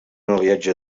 aliatge